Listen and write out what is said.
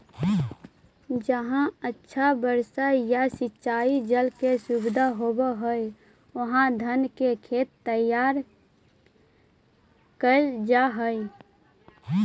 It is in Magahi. जहाँ अच्छा बारिश या सिंचाई जल के सुविधा होवऽ हइ, उहाँ धान के खेत तैयार कैल जा हइ